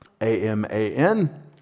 A-M-A-N